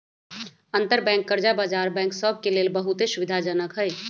अंतरबैंक कर्जा बजार बैंक सभ के लेल बहुते सुविधाजनक हइ